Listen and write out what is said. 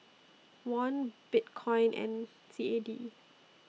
Won Bitcoin and C A D